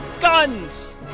guns